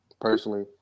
personally